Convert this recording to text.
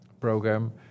program